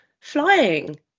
flying